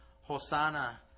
Hosanna